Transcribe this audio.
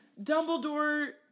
Dumbledore